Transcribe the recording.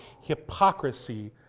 hypocrisy